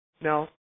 Now